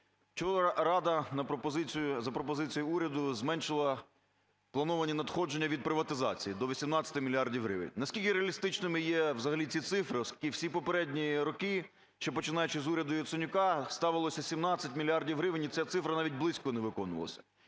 Вчора Рада за пропозицією уряду зменшила плановані надходження від приватизації до 18 мільярдів гривень. Наскільки реалістичними є взагалі ці цифри, оскільки всі попередні роки, ще починаючи з уряду Яценюка, ставилося 17 мільярдів гривень і ця цифра навіть близько не виконувалася?